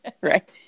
Right